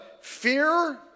fear